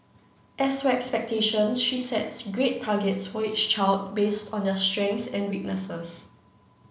as for expectations she sets grade targets for each child based on their strengths and weaknesses